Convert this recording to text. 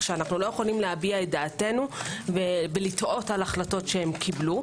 שלא יכולים להביע דעתנו ולתהות על ההחלטות שקיבלו.